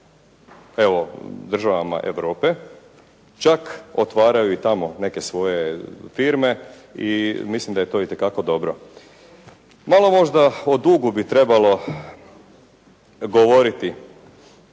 evo državama Europe čak otvaraju i tamo neke svoje firme i mislim da je to itekako dobro. Malo možda o dugu bi trebalo govoriti,